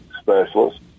specialist